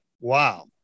Wow